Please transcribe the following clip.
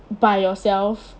by yourself